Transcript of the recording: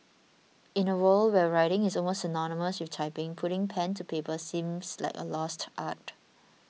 in a world where writing is almost synonymous with typing putting pen to paper seems like a lost art